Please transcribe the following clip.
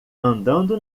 andando